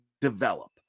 develop